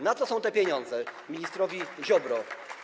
Na co są te pieniądze ministrowi Ziobro?